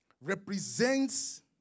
represents